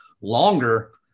longer